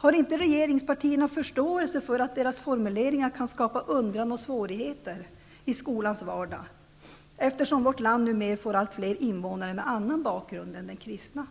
Har inte regeringspartierna förståelse för att deras formuleringar kan skapa undran och svårigheter i skolans vardag? Vårt land får ju numera allt fler invånare med annan bakgrund än den kristna?